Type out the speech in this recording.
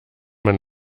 man